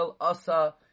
asa